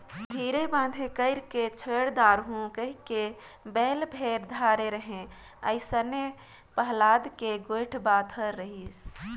धीरे बांधे कइरके छोएड दारहूँ कहिके बेल भेर धरे रहें अइसने पहलाद के गोएड बात हर रहिस